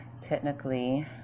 technically